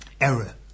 Error